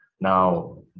now